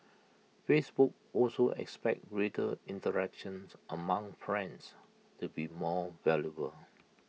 Facebook also expects greater interactions among friends to be more valuable